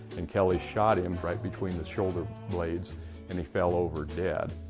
and kelley shot him right between the shoulder blades and he fell over dead.